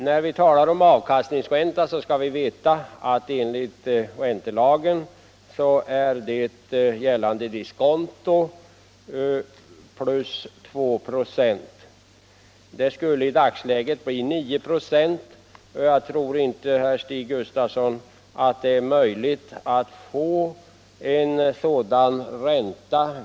När vi talar om avkastningsränta skall vi veta att den enligt räntelagen är gällande diskonto plus 2 96. Det skulle i dagsläget bli 9 96, och jag tror inte, herr Stig Gustafsson i Stockholm, att det är möjligt att få en sådan ränta.